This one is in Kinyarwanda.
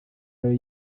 ariyo